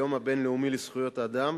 היום הבין-לאומי לזכויות האדם